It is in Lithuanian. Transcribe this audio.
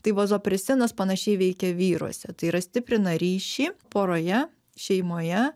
tai vazopresinas panašiai veikia vyruose tai yra stiprina ryšį poroje šeimoje